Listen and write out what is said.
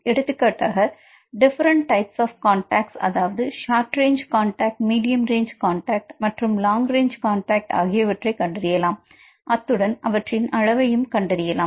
எடுத்துக்காட்டாக different types of contact அதாவது short range contact medium range contact long range contact ஆகியவற்றை கண்டறியலாம் அத்துடன் அவற்றின் அளவையும் கண்டறியலாம்